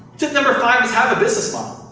tip number five is have a business model.